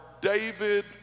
David